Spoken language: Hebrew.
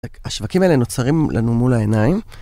‫השווקים האלה נוצרים לנו מול העיניים.